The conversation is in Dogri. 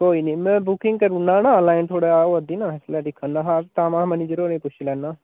कोई नी मै बुकिंग करूना ना आनलाइन थोहाड़े होआ दी ना इसलै दिक्खा ना हा तां महां मैनेजर होरें पुच्छी लैना